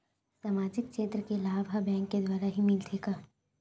सामाजिक क्षेत्र के लाभ हा बैंक के द्वारा ही मिलथे का?